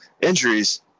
injuries